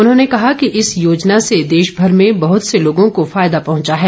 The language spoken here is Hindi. उन्होंने कहा कि इस योजना से देशभर में बहुत से लोगों को फायदा पहुंचा है